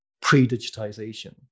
pre-digitization